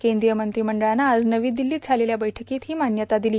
केंद्रीय मंत्रिमंडळानं आज नवी दिल्लीत झालेल्या बैठकीत ही मान्यता दिली